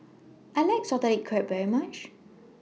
I like Salted Egg Crab very much